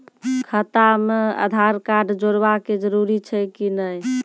खाता म आधार कार्ड जोड़वा के जरूरी छै कि नैय?